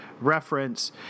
reference